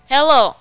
Hello